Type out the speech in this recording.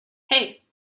hey